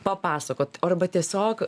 papasakot arba tiesiog